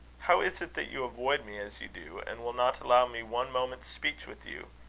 how is it that you avoid me as you do, and will not allow me one moment's speech with you?